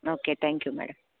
okay thank you madam